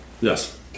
Yes